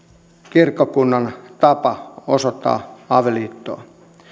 kirkkokunnan tapa osoittaa avioliittoa